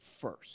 first